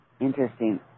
Interesting